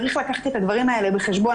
צריך לקחת את הדברים האלה בחשבון.